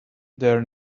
their